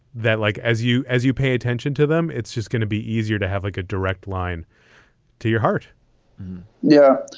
that like as you as you pay attention to them, it's just going to be easier to have like a direct line to your heart yeah.